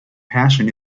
passion